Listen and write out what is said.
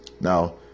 now